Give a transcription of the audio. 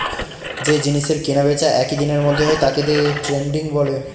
যে জিনিসের কেনা বেচা একই দিনের মধ্যে হয় তাকে দে ট্রেডিং বলে